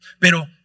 Pero